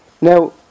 Now